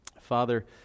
Father